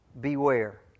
beware